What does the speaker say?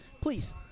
please